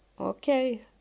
Okay